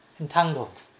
Entangled